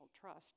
trust